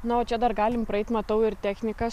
na o čia dar galim praeit matau ir techniką